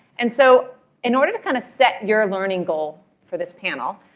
and so in order to kind of set your learning goal for this panel,